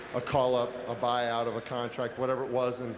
a call-up, a buyout of a contract, whatever it was,